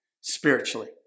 spiritually